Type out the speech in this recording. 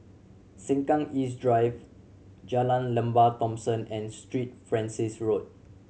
Sengkang East Drive Jalan Lembah Thomson and Street Francis Road